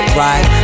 right